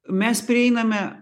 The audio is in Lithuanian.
mes prieiname